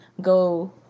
go